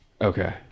Okay